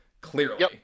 clearly